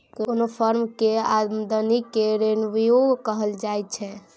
कोनो फर्म केर आमदनी केँ रेवेन्यू कहल जाइ छै